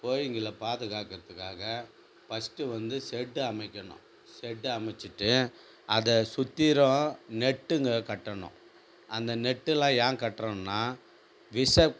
கோழிங்களை பாதுகாக்கறதுக்காக ஃபர்ஸ்ட்டு வந்து செட்டு அமைக்கணும் செட்டு அமைச்சுட்டு அதை சுற்றுரும் நெட்டுங்க கட்டணும் அந்த நெட்டுலாம் ஏன் கட்டுகிறோம்னா விஷ